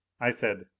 i said,